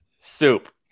Soup